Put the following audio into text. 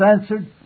answered